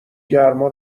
گرما